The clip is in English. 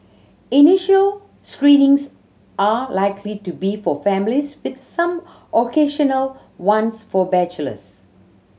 initial screenings are likely to be for families with some occasional ones for bachelors